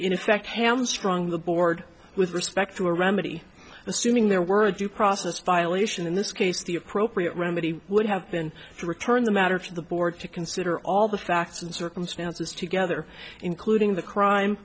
in effect ham strong the board with respect to a remedy assuming there were a due process violation in this case the appropriate remedy would have been to return the matter to the board to consider all the facts and circumstances together including the crime